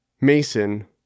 Mason